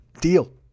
deal